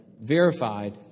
verified